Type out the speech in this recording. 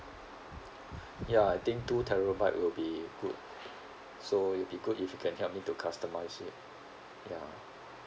ya I think two terabyte will be good so it would be good if you can help me to customise it ya